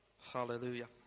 Hallelujah